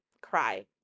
Cry